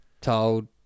told